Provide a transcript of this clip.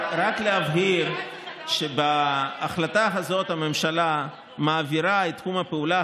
רק להבהיר שבהחלטה הזאת הממשלה מעבירה את תחום הפעולה